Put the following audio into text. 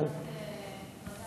להעביר